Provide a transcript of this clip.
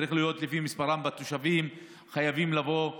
זה צריך להיות לפי מספר התושבים וחייבים לבוא ולהוסיף.